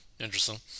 Interesting